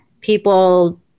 people